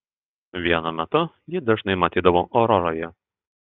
vienu metu jį dažnai matydavau auroroje